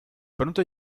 pronto